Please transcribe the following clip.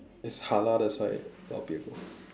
it's halal that's why a lot of people